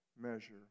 measure